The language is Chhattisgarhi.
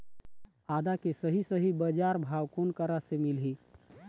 आदा के सही सही बजार भाव कोन करा से मिलही?